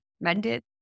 mended